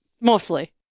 mostly